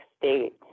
State